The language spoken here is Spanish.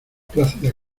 plácida